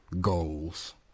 Goals